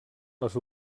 les